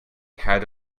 had